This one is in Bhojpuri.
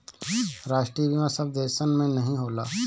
राष्ट्रीय बीमा सब देसन मे नाही होला